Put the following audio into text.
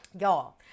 Y'all